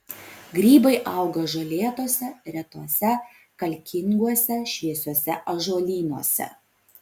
grybai auga žolėtuose retuose kalkinguose šviesiuose ąžuolynuose